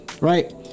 right